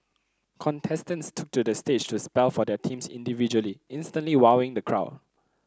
contestants took to the stage to spell for their teams individually instantly wowing the crowd